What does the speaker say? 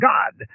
God